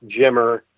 Jimmer